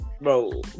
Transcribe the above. Bro